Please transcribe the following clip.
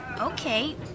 Okay